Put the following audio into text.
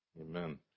Amen